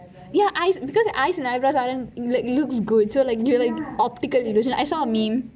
your eyes because eyes and eyebrows looks good gives you an optical illusion I saw a meme